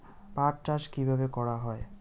পাট চাষ কীভাবে করা হয়?